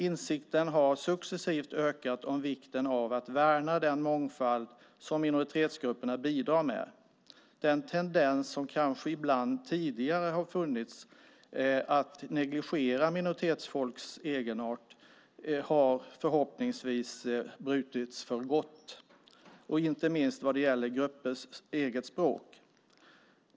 Insikten har successivt ökat om vikten av att värna den mångfald som minoritetsgrupperna bidrar med. Den tendens som kanske ibland tidigare har funnits, att man negligerar minoritetsfolks egenart, har förhoppningsvis brutits för gott, inte minst vad det gäller gruppers eget språk.